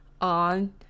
on